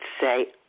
say